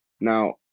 now